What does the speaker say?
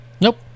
Nope